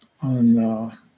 on